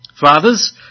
fathers